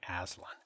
Aslan